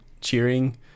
cheering